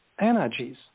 energies